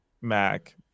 Mac